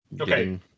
okay